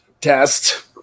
test